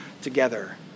together